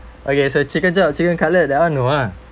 okay so chicken chop chicken cutlet that one no ah